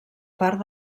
part